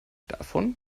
davon